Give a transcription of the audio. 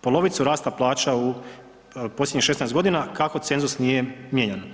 polovicu rasta plaća u posljednjih 16.g. kako cenzus nije mijenjan.